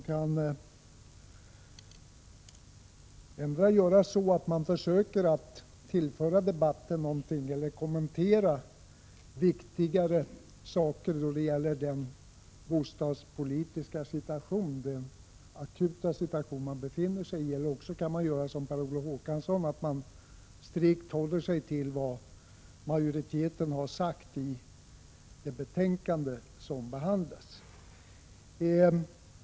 Man kan försöka tillföra debatten någonting eller kommentera viktiga saker då det gäller den akuta bostadspolitiska situation vi befinner oss i — eller också kan man göra som Per Olof Håkansson och strikt hålla sig till vad majoriteten har sagt i det betänkande som behandlas.